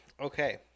Okay